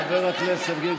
חבר הכנסת גינזבורג.